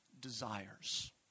desires